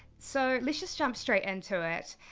so let's just jump straight into it.